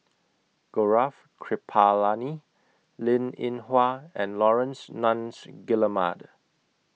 Gaurav Kripalani Linn in Hua and Laurence Nunns Guillemard